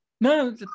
No